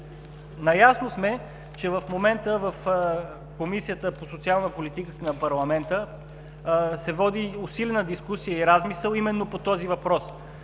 Наясно сме, че в момента в Комисията по труда, социалната и демографската политика на парламента се води усилена дискусия и размисъл именно по този въпрос.